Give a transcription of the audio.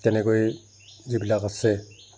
তেনেকৈ যিবিলাক আছে